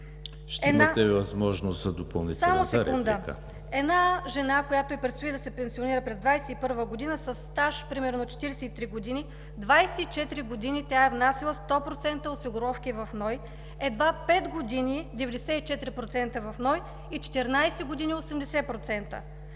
Ще имате възможност за допълнителна реплика.